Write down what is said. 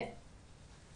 כן.